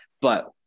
but-